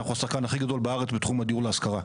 אנחנו השחקן הכי גדול בארץ בתחום הדיור להשכרה.